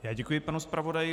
Já děkuji panu zpravodaji.